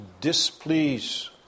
displease